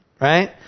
Right